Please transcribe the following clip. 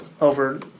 over